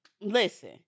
listen